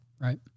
Right